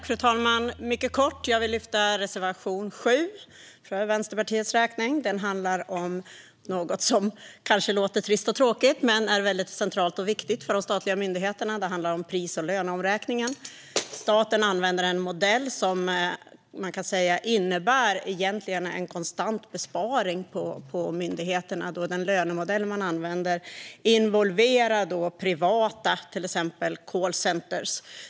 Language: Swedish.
Fru talman! Jag vill mycket kortfattat lyfta fram reservation 7 från Vänsterpartiet. Den handlar om något som kanske låter trist och tråkigt men som är mycket centralt och viktigt för de statliga myndigheterna. Det handlar om pris och löneomräkningen. Staten använder en modell som man kan säga egentligen innebär en konstant besparing på myndigheterna, då den lönemodell som man använder involverar till exempel privata callcenter.